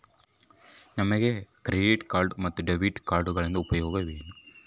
ನಮಗೆ credit card ಮತ್ತು debit ಕಾರ್ಡುಗಳಿಂದ ಏನು ಉಪಯೋಗ?